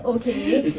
okay